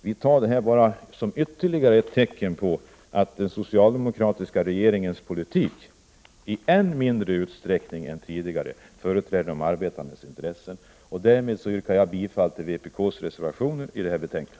Vi ser detta som ytterligare ett tecken på att den socialdemokratiska regeringens politik i än mindre utsträckning än tidigare företräder de arbetandes intressen. Därmed yrkar jag bifall till vpk:s reservation i detta betänkande.